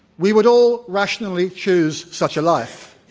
we would all rationally choose such a life.